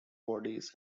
bodies